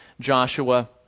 Joshua